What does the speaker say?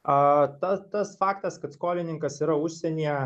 a ta tas faktas kad skolininkas yra užsienyje